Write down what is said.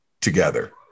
together